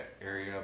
area